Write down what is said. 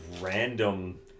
random